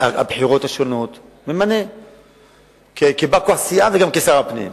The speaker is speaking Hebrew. הבחירות השונות, כבא כוח הסיעה וגם כשר הפנים.